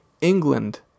England